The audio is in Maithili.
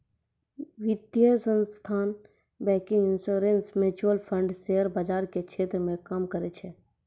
वित्तीय संस्थान banking insurance mutual fund share बाजार के क्षेत्र मे काम करै छै